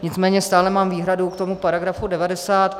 Nicméně stále mám výhradu k tomu § 90.